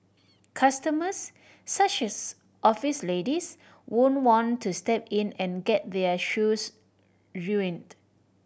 customers such as office ladies won't want to step in and get their shoes ruined